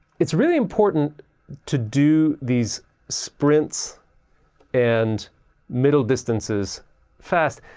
it's really important to do these sprints and middle distances fast,